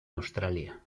australia